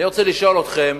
אני רוצה לשאול אתכם,